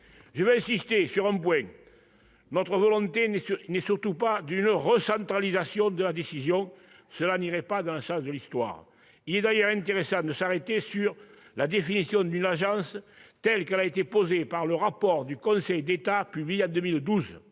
Nous n'avons surtout pas la volonté de mettre en oeuvre une recentralisation de la décision : cela n'irait pas dans le sens de l'histoire. Il est d'ailleurs intéressant de s'arrêter sur la définition d'une agence telle qu'elle a été posée par le rapport du Conseil d'État publié en 2012